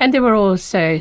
and there were also